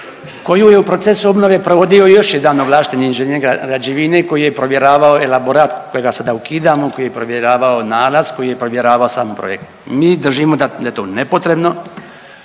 koju je u procesu obnove provodio još jedan ovlašteni inženjer građevine koji je provjeravao elaborat kojega sada ukidamo, koji je provjeravao nalaz, koji je provjeravao sam projekt. Mi držimo da je to nepotrebno,